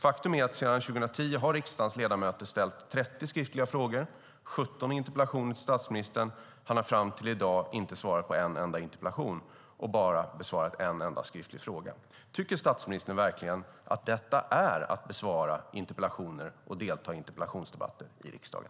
Faktum är att sedan 2010 har riksdagens ledamöter ställt 30 skriftliga frågor och 17 interpellationer till statsministern. Han har fram till i dag inte svarat på en enda interpellation och bara besvarat en enda skriftlig fråga. Tycker statsministern verkligen att detta är att besvara interpellationer och delta i interpellationsdebatter i riksdagen?